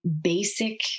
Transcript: basic